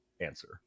answer